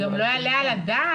גם לא יעלה על הדעת